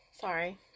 sorry